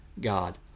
God